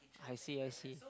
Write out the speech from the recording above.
I see I see